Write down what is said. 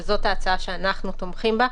וזאת ההצעה שאנחנו תומכים בה.